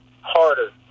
harder